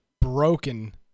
broken